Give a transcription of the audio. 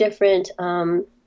different –